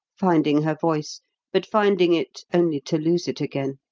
finding her voice but finding it only to lose it again.